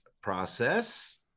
process